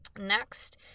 Next